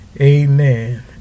Amen